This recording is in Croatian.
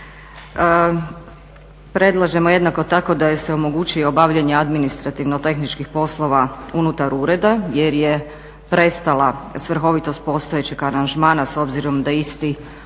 Predlažemo jednako tako da joj se omogući i obavljanje administrativno-tehničkih poslova unutar ureda jer je prestala svrhovitost postojećeg aranžmana s obzirom da je isti omogućio